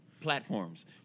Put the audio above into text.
platforms